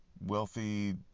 wealthy